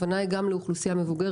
הכוונה היא גם לאוכלוסייה מבוגרת,